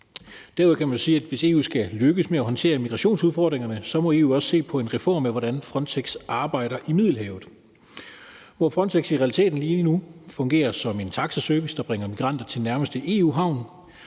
Derudover kan man jo også sige, at EU, hvis EU skal lykkes med at håndtere migrationsudfordringerne, så også må se på en reform af, hvordan Frontex arbejder i Middelhavet, hvor Frontex i realiteten lige nu fungerer som en taxaservice, der bringer migranter til den nærmeste EU-havn,